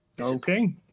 Okay